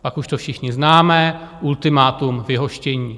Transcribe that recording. Pak už to všichni známe, ultimátum, vyhoštění.